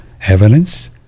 evidence